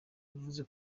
yavuze